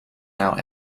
now